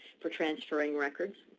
for transferring records.